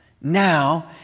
Now